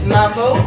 Mambo